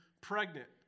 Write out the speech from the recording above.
pregnant